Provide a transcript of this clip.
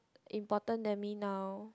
important than me now